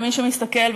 למי שמסתכל,